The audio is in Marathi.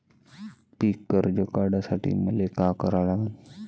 पिक कर्ज काढासाठी मले का करा लागन?